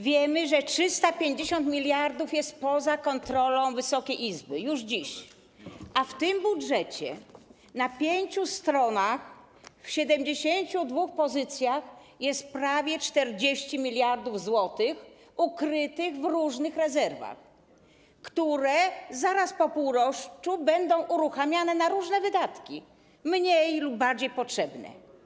Wiemy, że 350 mld jest poza kontrolą Wysokiej Izby już dziś, a w tym budżecie na pięciu stronach, w 72 pozycjach jest prawie 40 mld zł ukrytych w różnych rezerwach, które zaraz po półroczu będą uruchamiane na różne wydatki, mniej lub bardziej potrzebne.